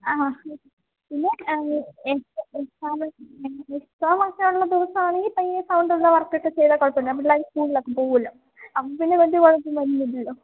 ആഹ് പിന്നെ എക്സാമ് എക്സാമെക്കെ ഉള്ള ദിവസമാണെങ്കില് പയ്യെ സൗണ്ട് ഉള്ള വര്ക്ക് ഒക്കെ ചെയ്താല് കുഴപ്പമില്ല പിള്ളേർ സ്കൂളിലൊക്കെ പോവുമല്ലോ അപ്പം പിന്നെ എന്റെ ഭാഗത്തുനിന്ന് വരുന്നില്ലല്ലോ